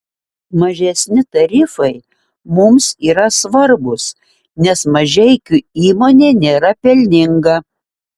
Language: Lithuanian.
mažesni tarifai mums yra svarbūs nes mažeikių įmonė nėra pelninga